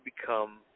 become